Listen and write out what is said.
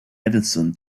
edison